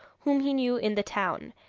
whom he knew in the town,